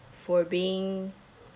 for being